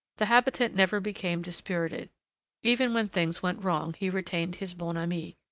the habitant never became dispirited even when things went wrong he retained his bonhomie.